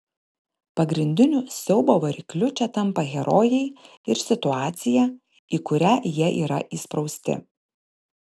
pagrindiniu siaubo varikliu čia tampa herojai ir situacija į kurią jie yra įsprausti